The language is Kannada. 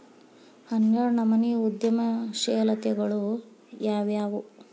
ಹನ್ನೆರ್ಡ್ನನಮ್ನಿ ಉದ್ಯಮಶೇಲತೆಗಳು ಯಾವ್ಯಾವು